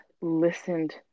listened